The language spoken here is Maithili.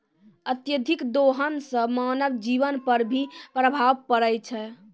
अत्यधिक दोहन सें मानव जीवन पर भी प्रभाव परै छै